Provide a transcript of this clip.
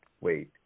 wait